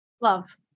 Love